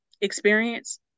experience